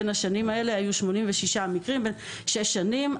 בין השנים האלה היו 86 מקרים בשש שנים.